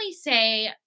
say